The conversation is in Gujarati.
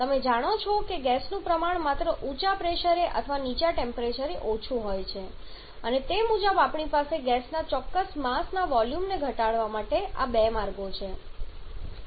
તમે જાણો છો કે ગેસનું પ્રમાણ માત્ર ઊંચા પ્રેશરે અથવા નીચા ટેમ્પરેચરે ઓછું હોય છે અને તે મુજબ આપણી પાસે ગેસના ચોક્કસ માસ ના વોલ્યૂમને ઘટાડવાના આ બે માર્ગો છે